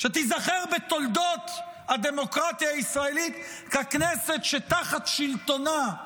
שתיזכר בתולדות הדמוקרטיה הישראלית ככנסת שתחת שלטונה,